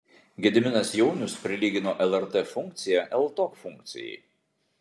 gediminas jaunius prilygino lrt funkciją ltok funkcijai